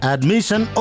Admission